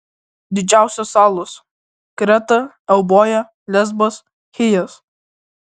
didžiausios salos kreta euboja lesbas chijas